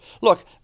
Look